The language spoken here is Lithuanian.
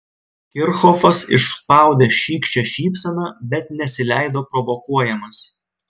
kirchhofas išspaudė šykščią šypseną bet nesileido provokuojamas